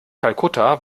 kalkutta